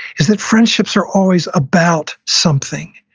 is that friendships are always about something.